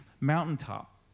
mountaintop